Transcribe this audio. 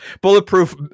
bulletproof